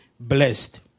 Blessed